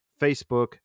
Facebook